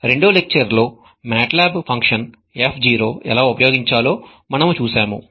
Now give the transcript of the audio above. రెండో లెక్చర్ లో MATLAB function fzero ఎలా ఉపయోగించాలో మనముచూసాము